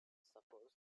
supports